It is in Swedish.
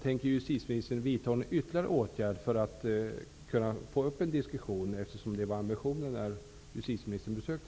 Tänker justitieministern vidta ytterligare åtgärder för att få i gång en diskussion? Det var ju ambitionen när justitieministern besökte